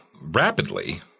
rapidly